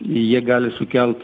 jie gali sukelt